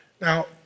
Now